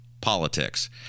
politics